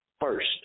first